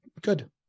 good